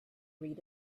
read